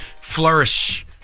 flourish